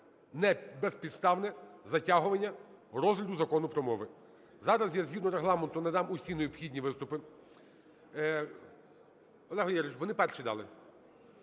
це безпідставне затягування розгляду Закону про мову. Зараз я, згідно Регламенту, надам усі необхідні виступи. Олег Валерійович, вони перші дали.